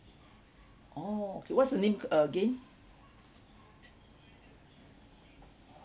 oh okay what's the name again